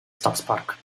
stadspark